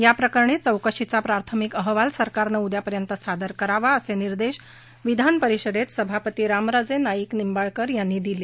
याप्रकरणी चौकशीचा प्राथमिक अहवाल सरकारनं उद्यापर्यंत सादर करावा असे निर्देश विधानपरिषदेत सभापती रामराजे नाईक निबांळकर यांनी दिले